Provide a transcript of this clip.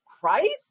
Christ